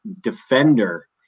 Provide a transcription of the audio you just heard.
defender